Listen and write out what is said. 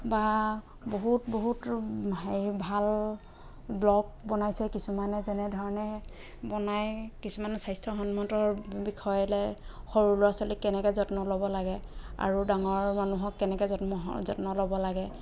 বা বহুত বহুত হেৰি ভাল ব্ল'গ বনাইছে কিছুমানে যেনে ধৰণে বনাই কিছুমানে স্বাস্থ্যসন্মত বিষয় লৈ সৰু ল'ৰা ছোৱালীক কেনেকৈ যত্ন ল'ব লাগে আৰু ডাঙৰ মানুহক কেনেকৈ জন্ম যত্ন ল'ব লাগে